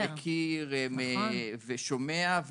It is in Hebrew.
מכיר ושומע,